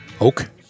oak